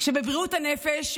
שבבריאות הנפש,